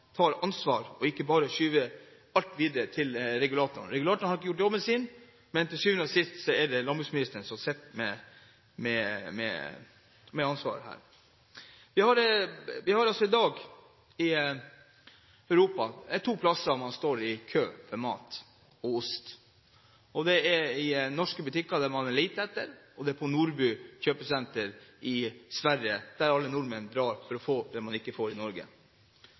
tar ansvar og ikke bare skyver alt videre til regulatoren. Regulatoren har ikke gjort jobben sin, men til syvende og sist er det landbruksministeren som sitter med ansvaret her. I dag i Europa er det altså to steder man står i kø for mat, bl.a. ost. Det er i norske butikker, der man leter etter det, og det er på Nordby kjøpesenter i Sverige, der alle nordmenn drar for å få det man ikke får i Norge.